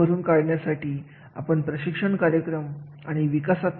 कार्याचे मूल्यमापन ही एक पद्धती आहे जे प्रशिक्षणाचे गरज याचे मूल्यांकन ओळखण्यासाठी वापरली जाते